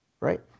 right